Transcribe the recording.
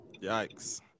Yikes